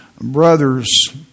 brothers